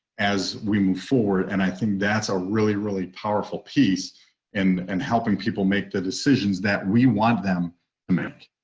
as we move forward. and i think that's a really, really powerful piece and and helping people make the decisions that we want them to make